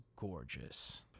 gorgeous